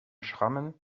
schrammen